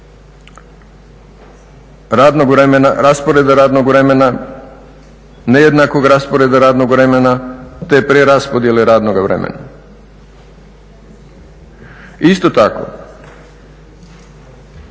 razlika između rasporeda radnog vremena, nejednakog rasporeda radnog vremena te preraspodjele radnoga vremena. Isto tako